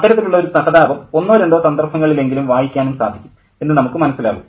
അത്തരത്തിലുള്ള ഒരു സഹതാപം ഒന്നോ രണ്ടോ സന്ദർഭങ്ങളിൽ എങ്കിലും വായിക്കാനും സാധിക്കും എന്ന് നമുക്ക് മനസ്സിലാകും